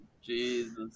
Jesus